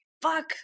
Fuck